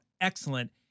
excellent